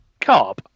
carb